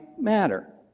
matter